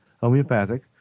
homeopathic